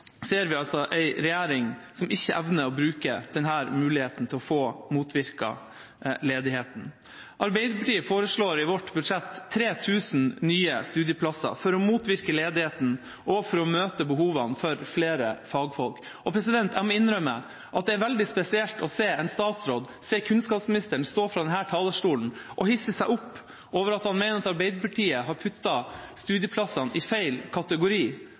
ser vi en regjering som ikke evner å bruke denne muligheten til å motvirke ledigheten. Arbeiderpartiet foreslår i sitt budsjett 3 000 nye studieplasser for å motvirke ledigheten og for å møte behovet for flere fagfolk. Jeg må innrømme at det er veldig spesielt å se en statsråd, kunnskapsministeren, stå på denne talerstolen og hisse seg opp fordi han mener at Arbeiderpartiet har kuttet studieplassene i feil kategori.